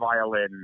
violin